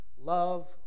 Love